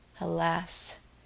Alas